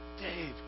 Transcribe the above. Dave